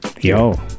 Yo